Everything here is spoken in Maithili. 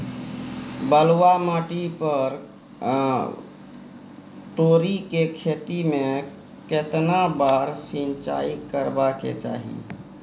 बलुआ माटी पर तोरी के खेती में केतना बार सिंचाई करबा के चाही?